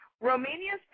Romania's